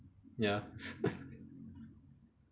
ya